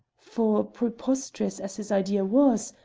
for preposterous as his idea was,